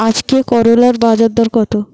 আজকে করলার বাজারদর কত?